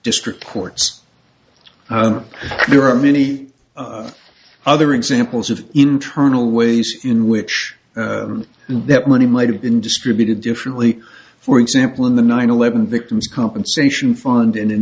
district courts there are many other examples of internal ways in which that money might have been distributed differently for example in the nine eleven victims compensation fund and in